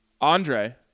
andre